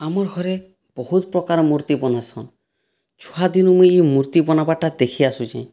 ଆମର ଘରେ ବହୁତ ପ୍ରକାର ମୂର୍ତ୍ତି ବନାସନ ଛୁଆ ଦିନୁ ମୁଇଁ ଇ ମୂର୍ତ୍ତି ବନାବାରଟା ଦେଖି ଆସୁଛେଁ